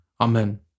Amen